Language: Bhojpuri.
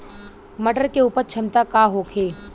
मटर के उपज क्षमता का होखे?